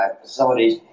facilities